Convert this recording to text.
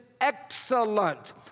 excellent